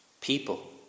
people